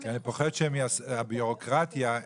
רק אני אגיד שזה לא רק העניין הטכני.